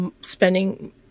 spending